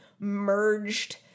Merged